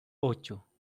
ocho